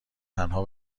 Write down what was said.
تنها